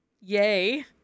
Yay